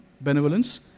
benevolence